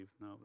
No